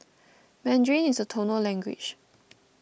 mandarin is a tonal language